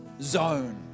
zone